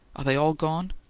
are they all gone?